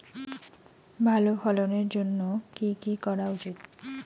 ভালো ফলনের জন্য কি কি করা উচিৎ?